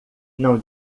não